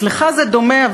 אצלך זה דומה.